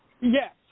Yes